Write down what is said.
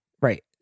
right